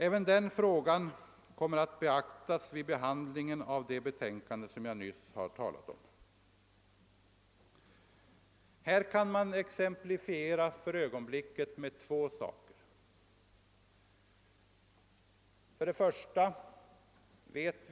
Även den saken skall beaktas vid behandlingen av det betänkande som jag nyss talade om. För ögonblicket kan jag där ta två exempel som belyser värdet av sådana överväganden.